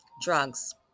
drugs